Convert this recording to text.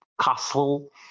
Castle